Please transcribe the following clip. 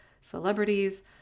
celebrities